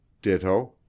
Ditto